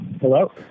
hello